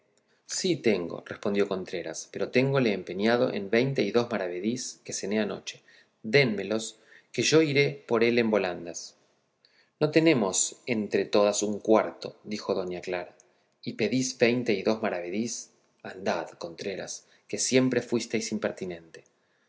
sí tengo respondió contreras pero téngole empeñado en veinte y dos maravedís que cené anoche dénmelos que yo iré por él en volandas no tenemos entre todas un cuarto dijo doña clara y pedís veinte y dos maravedís andad contreras que siempre fuistes impertinente